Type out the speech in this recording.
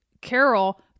Carol